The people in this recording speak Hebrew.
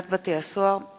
בתי-דין רבניים (קיום פסקי-דין של גירושין)